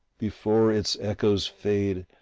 before its echoes fade,